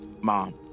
mom